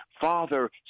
Father